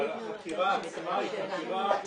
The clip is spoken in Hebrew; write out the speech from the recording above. משטרה --- החקירה עצמה היא חקירה פרונטלית,